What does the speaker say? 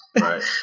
Right